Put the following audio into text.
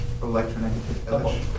Electronegative